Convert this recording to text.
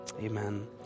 Amen